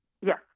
Yes